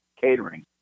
catering